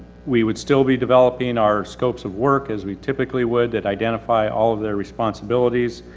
we would still be developing our scopes of work as we typically would that identify all of their responsibilities.